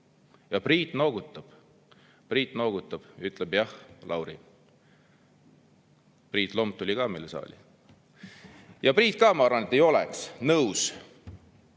Priit noogutab. Priit noogutab ja ütleb: "Jah, Lauri." Priit Lomp tuli ka meil saali. Priit ka, ma arvan, ei oleks nõus